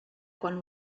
quan